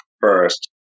first